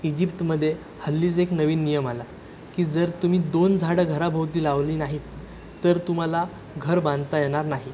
इजिप्तमध्ये हल्लीच एक नवीन नियम आला की जर तुम्ही दोन झाडं घराभोवती लावली नाहीत तर तुम्हाला घर बांधता येणार नाही